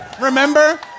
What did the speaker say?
Remember